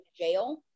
jail